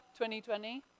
2020